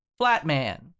Flatman